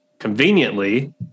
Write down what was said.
Conveniently